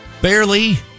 Barely